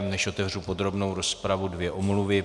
Než otevřu podrobnou rozpravu, dvě omluvy.